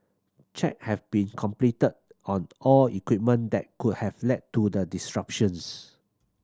check have been completed on all equipment that could have led to the disruptions